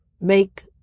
make